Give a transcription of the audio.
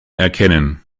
erkennen